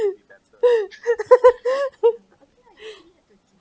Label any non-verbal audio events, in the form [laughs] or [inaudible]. [laughs]